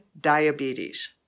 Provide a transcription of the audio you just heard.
diabetes